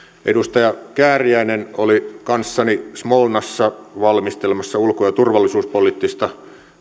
edustaja kääriäinen oli kanssani smolnassa valmistelemassa ulko ja turvallisuuspoliittista